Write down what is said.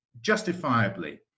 justifiably